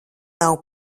nav